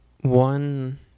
One